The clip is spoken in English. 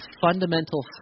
fundamental